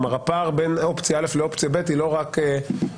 כלומר הפער בין אופציה א' לאופציה ב' הוא לא רק הבדל.